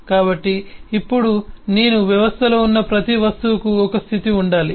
కాబట్టి ఇప్పుడు నేను వ్యవస్థలో ఉన్న ప్రతి వస్తువుకు ఒక స్థితి ఉండాలి